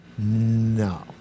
No